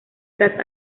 tras